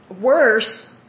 worse